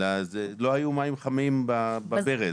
אלא שלא היו מים חמים בברז.